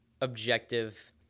objective